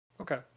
Okay